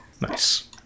Nice